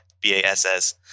B-A-S-S